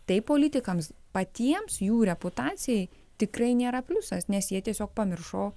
tai politikams patiems jų reputacijai tikrai nėra pliusas nes jie tiesiog pamiršo